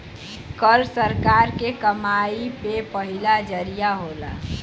कर सरकार के कमाई के पहिला जरिया होला